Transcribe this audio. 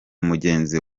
mugenzi